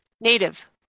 Native